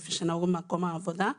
כפי שנהוג במקום העבודה.